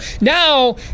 now